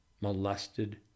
molested